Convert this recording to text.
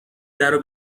درو